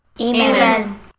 Amen